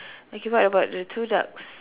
okay what about the two ducks